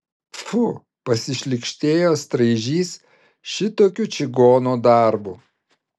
pfu pasišlykštėjo straižys šitokiu čigono darbu